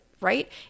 right